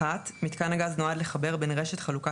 (1)מיתקן הגז נועד לחבר בין רשת חלוקה